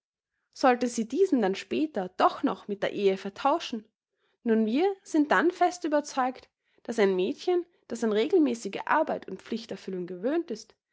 sollte sie diesen dann später doch noch mit der ehe vertauschen nun wir sind dann fest überzeugt daß ein mädchen das an regelmäßige arbeit und pflichterfüllung gewöhnt ist